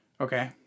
Okay